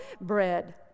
bread